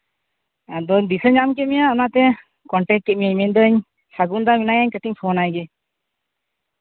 ᱟᱫᱚᱧ ᱫᱤᱥᱟᱹ ᱧᱟᱢ ᱠᱮᱫ ᱢᱮᱭᱟ ᱚᱱᱟᱛᱮ ᱠᱚᱱᱴᱮᱠ ᱠᱮᱫ ᱢᱤᱭᱟᱹᱧ ᱢᱮᱱᱫᱟᱹᱧ ᱥᱟᱹᱜᱩᱱᱫᱟ ᱢᱮᱱᱟᱭᱟ ᱠᱟᱹᱴᱤᱡ ᱤᱧ ᱯᱷᱳᱱᱟᱭ ᱜᱮ